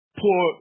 poor